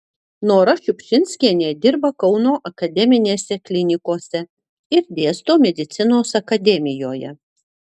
nora šiupšinskienė dirba kauno akademinėse klinikose ir dėsto medicinos akademijoje